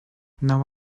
now